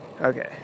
Okay